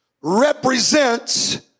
represents